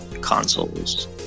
consoles